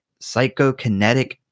psychokinetic